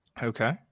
Okay